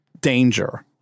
danger